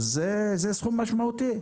אז זה סכום משמעותי.